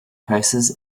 prices